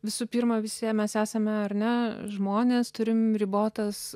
visų pirma visi mes esame ar ne žmonės turim ribotas